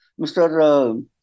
Mr